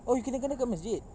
oh your kindergarten kat masjid